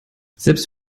selbst